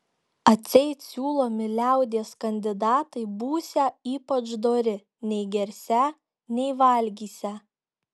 atseit siūlomi liaudies kandidatai būsią ypač dori nei gersią nei valgysią